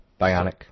Bionic